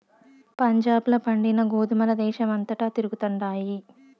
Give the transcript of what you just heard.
పంజాబ్ ల పండిన గోధుమల దేశమంతటా తిరుగుతండాయి